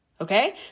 okay